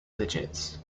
digits